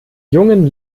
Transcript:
jungen